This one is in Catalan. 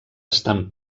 estan